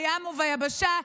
בים וביבשה,